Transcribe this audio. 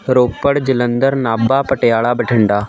Ropar Jalandhar Nabha Patiala Bathinda